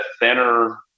thinner